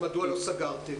אז מדוע לא סגרתם?